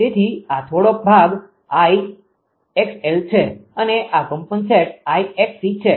તેથી આ થોડો ભાગ 𝐼𝑥𝑙 છે અને આ કોમ્પનસેટ 𝐼𝑥𝑐 છે